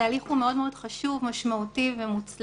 התהליך הוא מאוד מאוד חשוב, משמעותי ומוצלח.